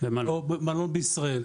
במלון בישראל,